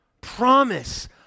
promise